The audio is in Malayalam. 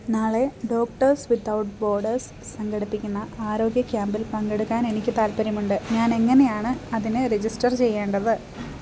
നാളെ ഡോക്ടേഴ്സ് വിതൗട്ട് ബോഡേഴ്സ് സംഘടിപ്പിക്കുന്ന ആരോഗ്യ ക്യാമ്പിൽ പങ്കെടുക്കാൻ എനിക്ക് താൽപ്പര്യമുണ്ട് ഞാനെങ്ങനെയാണ് അതിന് രജിസ്റ്റർ ചെയ്യേണ്ടത്